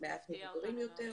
מעט מבוגרים יותר.